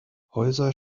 häuser